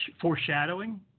foreshadowing